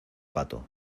pato